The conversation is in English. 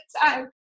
time